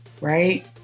Right